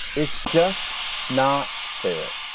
it's just not fair.